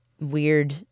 weird